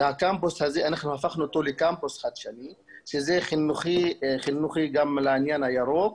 אנחנו הפכנו אותו לקמפוס חדשני שזה חינוכי גם לעניין הירוק.